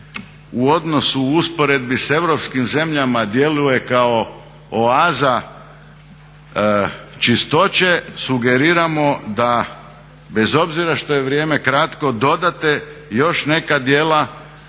u odnosu u usporedbi s europskim zemljama djeluje kao oaza čistoće sugeriramo da bez obzira što je vrijeme kratko dodate još neka djela.